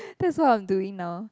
that's what I'm doing now